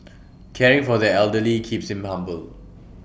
caring for the elderly keeps him humble